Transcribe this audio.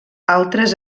altres